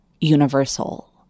Universal